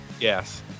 yes